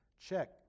Check